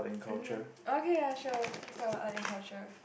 mmhmm okay ya sure let's talk about art and culture